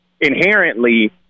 inherently